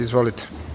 Izvolite.